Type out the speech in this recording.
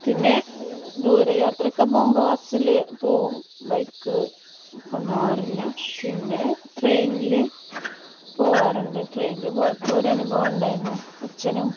പിന്നെ ദൂരെ യാത്രയൊക്കെ പോവുമ്പോൾ ബസ്സിൽ പോവും ബൈക്ക് കൊണ്ടുപോവാറില്ല പിന്നെ ട്രെയിനിൽ പോവാറുണ്ട് ട്രെയിനിൽ പോയപ്പോൾ ഒരു അനുഭവം ഉണ്ടായിരുന്നു അച്ഛനും